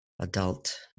adult